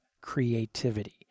creativity